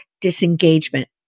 disengagement